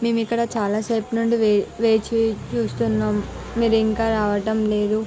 మేము ఇక్కడ చాలా సేపు నుండి వే వేచి చూస్తున్నాము మీరు ఇంకా రావటం లేదు